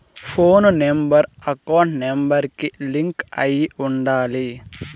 పోను number account number కి link అయ్యి ఉండాలి